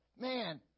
man